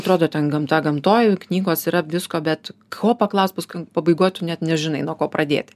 atrodo ten gamta gamtoj knygos yra visko bet ko paklaust paskui pabaiga tu net nežinai nuo ko pradėti